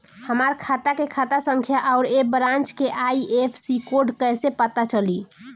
हमार खाता के खाता संख्या आउर ए ब्रांच के आई.एफ.एस.सी कोड कैसे पता चली?